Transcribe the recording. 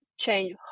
change